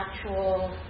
actual